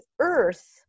earth